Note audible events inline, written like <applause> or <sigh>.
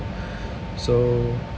<breath> so